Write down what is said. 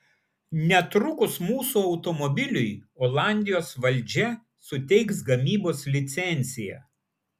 netrukus mūsų automobiliui olandijos valdžia suteiks gamybos licenciją